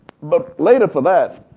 but later for that,